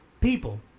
people